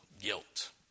guilt